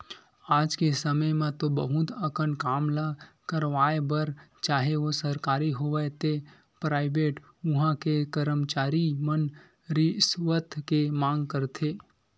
आज के समे म तो बहुत अकन काम ल करवाय बर चाहे ओ सरकारी होवय ते पराइवेट उहां के करमचारी मन रिस्वत के मांग करथे